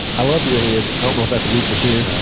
i love the iliad. i don't know if that's a week or two.